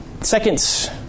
seconds